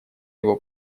его